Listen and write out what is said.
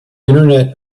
internet